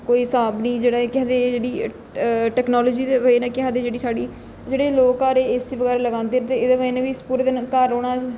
कोई स्हाब नेईं जेह्ड़ा केह् आखदे एह् जेह्ड़ी टैक्नोलाजी दी बजह कन्नै केह् आखदे जेह्ड़ी साढ़ी जेह्ड़ी जेह्ड़े लोक सारे घर ए सी बगैरा लगांदे एहदी बजह कन्नै बी पूरे दिन घर रौहना